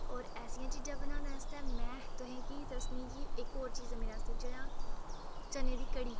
होर ऐसियां चीज़ा बनाने आस्ते में तोहें गी दस्सनी की इक होर चीज़ मेरे आस्तै जेह्ड़ा चने दी कढ़ी